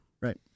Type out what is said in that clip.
Right